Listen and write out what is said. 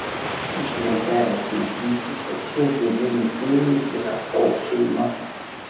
iš lentelės matyti kad šie gėlių mėgėjai yra šou šeima